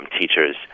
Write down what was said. teachers